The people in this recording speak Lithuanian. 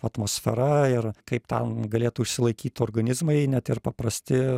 atmosfera ir kaip ten galėtų išsilaikyt organizmai net ir paprasti